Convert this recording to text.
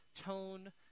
tone